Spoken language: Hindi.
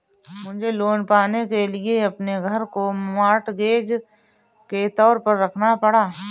मुझे लोन पाने के लिए अपने घर को मॉर्टगेज के तौर पर रखना पड़ा